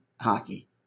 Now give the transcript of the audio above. hockey